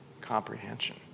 comprehension